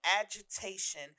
agitation